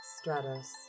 Stratus